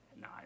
No